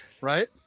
right